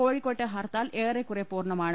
കോഴിക്കോട്ട് ഹർത്താൽ ഏറെക്കുറെ പൂർണമാണ്